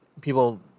people